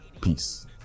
Peace